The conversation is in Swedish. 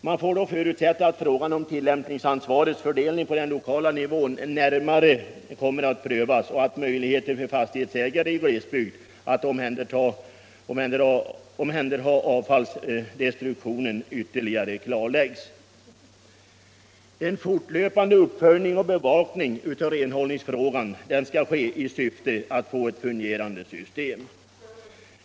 Man får då förutsätta att frågan om tillämpningsansvarets fördelning på den lokala nivån kommer att prövas närmare och att möjligheterna för fastighetsägare i glesbygd att omhänderha avfallsdestruktionen klarläggs ytterligare. En fortlöpande uppföljning och bevakning av renhållningsfrågan skall göras i syfte att få ett fungerande system.